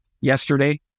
yesterday